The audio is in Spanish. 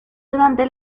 durante